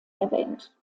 erwähnt